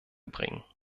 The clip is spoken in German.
bringen